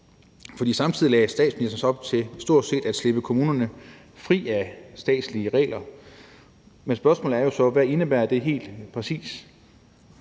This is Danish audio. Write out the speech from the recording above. samtidig lagde statsministeren op til stort set at slippe kommunerne fri af statslige regler. Men spørgsmålet er jo så: Hvad indebærer det helt præcis?